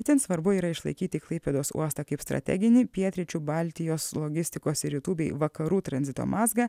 itin svarbu yra išlaikyti klaipėdos uostą kaip strateginį pietryčių baltijos logistikos ir rytų bei vakarų tranzito mazgą